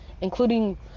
including